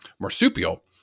marsupial